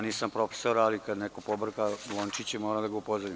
Nisam profesor, ali kad neko pobrka lončiće moram da ga upozorim.